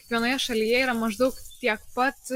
kiekvienoje šalyje yra maždaug tiek pat